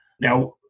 Now